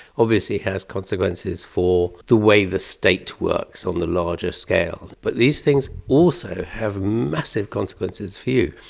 obviously has consequences for the way the state works on the larger scale. but these things also have massive consequences for you.